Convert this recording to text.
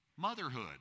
Motherhood